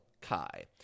Kai